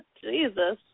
Jesus